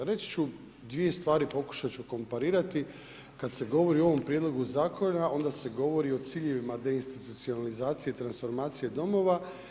Reći ću dvije stvari, pokušat ću komparirati kad se govori o ovom prijedlogu zakona, onda se govori o ciljevima deinstitucionalizacije i transformacije domova.